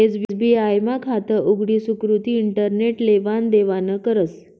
SBI मा खातं उघडी सुकृती इंटरनेट लेवान देवानं करस